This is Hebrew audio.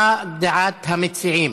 מה דעת המציעים?